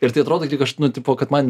ir tai atrodo tik aš nu tipo kad man